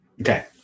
Okay